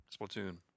Splatoon